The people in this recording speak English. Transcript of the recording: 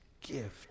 gift